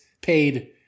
paid